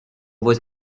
was